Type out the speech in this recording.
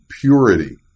purity